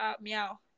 meow